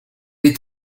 est